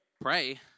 pray